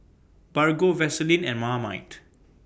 Bargo Vaseline and Marmite